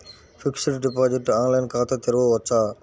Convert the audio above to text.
Fixed deposit online ఖాతా తెరువవచ్చా?